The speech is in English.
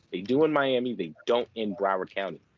they do in miami, they don't in broward county.